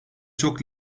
çok